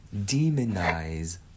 demonize